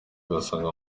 usanga